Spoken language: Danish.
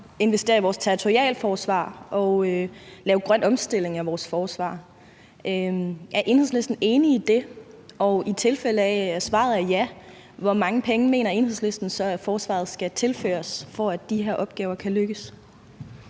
investere i vores territorialforsvar og lave grøn omstilling af vores forsvar. Er Enhedslisten enig i det? Og i tilfælde af at svaret er ja, hvor mange penge mener Enhedslisten så at forsvaret skal tilføres, for at de her opgaver kan lykkes?